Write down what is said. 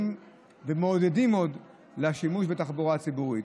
ומעודדים עוד ועוברים לשימוש בתחבורה הציבורית.